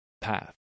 path